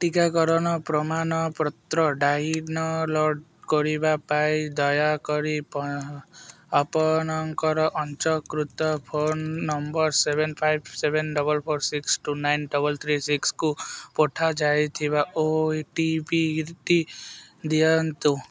ଟିକାକରଣ ପ୍ରମାଣପତ୍ର ଡାଇନଲୋଡ଼୍ କରିବା ପାଇଁ ଦୟାକରି ପ ଆପଣଙ୍କର ପଞ୍ଜକୃତ phone number seven five seven double four six two nine double three ସିକ୍ସକୁ ପଠାଯାଇଥିବା ଓଟିପିଟି ଦିଆନ୍ତୁ